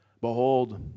Behold